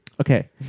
okay